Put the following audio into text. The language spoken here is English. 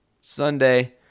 Sunday